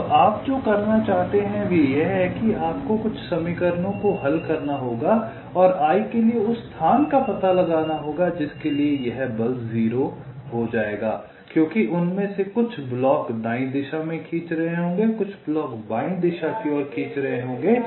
अब आप जो करना चाहते हैं वह यह है कि आपको कुछ समीकरणों को हल करना होगा और i के लिए उस स्थान का पता लगाना होगा जिसके लिए यह बल 0 हो जाएगा क्योंकि उनमें से कुछ ब्लॉक दायीं दिशा में खींच रहे होंगे कुछ ब्लॉक बाईं दिशा की ओर खींच रहे होंगे